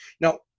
Now